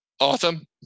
awesome